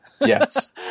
Yes